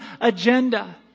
agenda